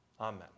Amen